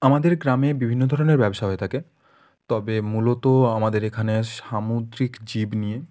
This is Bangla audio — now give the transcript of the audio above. আমাদের গ্রামে বিভিন্ন ধরনের ব্যবসা হয়ে থাকে তবে মূলত আমাদের এখানে সামুদ্রিক জীব নিয়ে